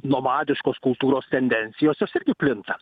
nomadiškos kultūros tendencijos jos irgi plinta